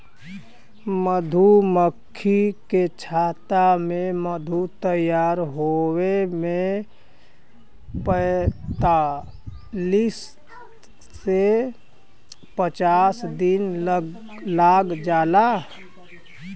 मधुमक्खी के छत्ता में मधु तैयार होये में पैंतालीस से पचास दिन लाग जाला